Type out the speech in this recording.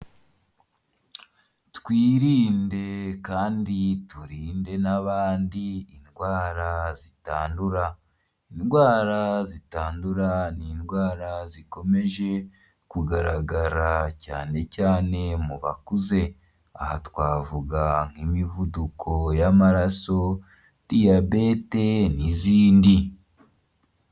Twirinde kandi turinde n'abandi indwara zitandura. Indwara zitandura ni indwara zikomeje kugaragara cyane cyane mu bakuze, aha twavuga nk'imivuduko y'amaraso, diyabete n'izindi.